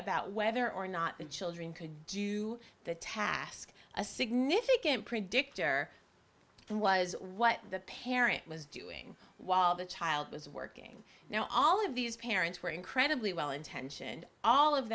about whether or not the children could do the task a significant predictor and was what the parent was doing while the child was working now all of these parents were incredibly well intentioned all of